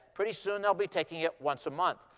pretty soon, they'll be taking it once a month.